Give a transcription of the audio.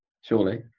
surely